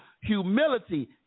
Humility